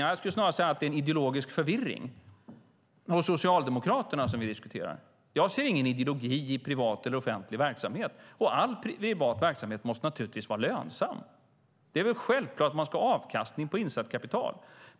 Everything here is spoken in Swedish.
Nja, jag skulle snarare säga att det är en ideologisk förvirring hos Socialdemokraterna vi diskuterar. Jag ser ingen ideologi i privat eller offentlig verksamhet, och all privat verksamhet måste naturligtvis vara lönsam. Det är väl självklart att man ska ha avkastning på insatt kapital.